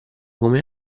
come